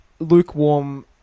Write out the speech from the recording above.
lukewarm